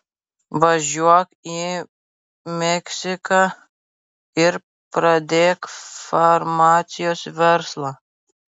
važiuok į meksiką ir pradėk farmacijos verslą